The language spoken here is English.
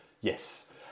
Yes